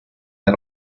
del